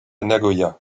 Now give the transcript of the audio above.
nagoya